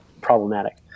problematic